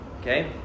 okay